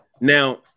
Now